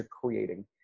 creating